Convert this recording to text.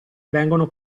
vengono